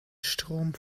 strom